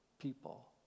people